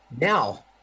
Now